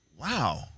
Wow